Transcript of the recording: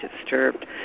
disturbed